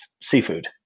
seafood